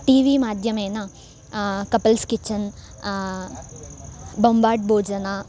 TV माध्यमेन couples kitchen Bombat भोजनं